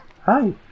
Hi